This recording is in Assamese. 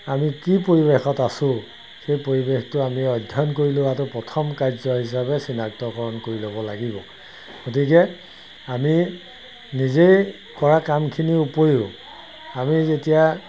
আমি কি পৰিৱেশত আছোঁ সেই পৰিৱেশটো আমি অধ্যয়ন কৰি লোৱাটো প্ৰথম কাৰ্য হিচাপে চিনাক্তকৰণ কৰি ল'ব লাগিব গতিকে আমি নিজেই কৰা কামখিনিৰ উপৰিও আমি যেতিয়া